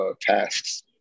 tasks